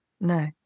No